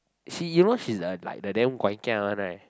she you know she is a like the damn guai kia one right